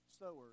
sowers